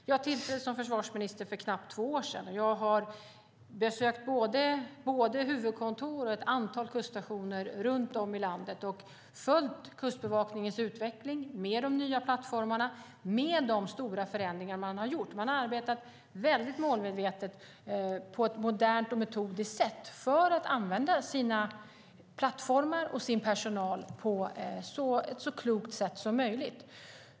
Jag tillträdde som försvarsminister för knappt två år sedan, och jag har besökt både huvudkontor och ett antal kuststationer runt om i landet. Jag har följt Kustbevakningens utveckling, med de nya plattformarna och med de stora förändringar man har gjort. Man har arbetat målmedvetet på ett modernt och metodiskt sätt för att använda sina plattformar och sin personal så klokt som möjligt.